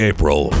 April